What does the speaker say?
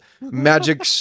magic